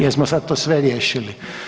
Jesmo sad to sve riješili?